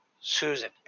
Susan